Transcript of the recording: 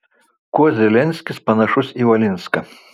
kuo zelenskis panašus į valinską